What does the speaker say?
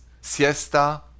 siesta